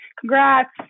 congrats